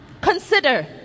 Consider